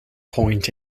point